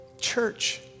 Church